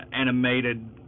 animated